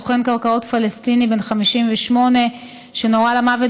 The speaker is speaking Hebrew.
סוכן קרקעות פלסטיני בן 58 שנורה למוות